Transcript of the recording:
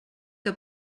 que